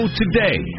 today